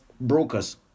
brokers